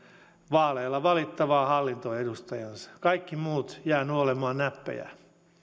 vaaleilla valittavaan hallintoon edustajansa kaikki muut jäävät nuolemaan näppejään ei